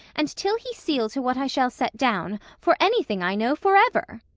and till he seal to what i shall set down, for any thing i know for ever.